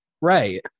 right